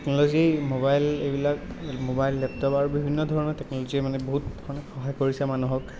technology mobile এইবিলাক mobile laptop আৰু বিভিন্ন ধৰণৰ টেকনল'জি মানে বহুত ধৰণে সহায় কৰিছে মানুহক